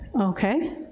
Okay